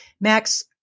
Max